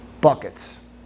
buckets